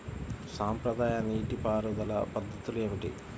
సాంప్రదాయ నీటి పారుదల పద్ధతులు ఏమిటి?